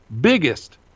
biggest